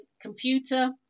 computer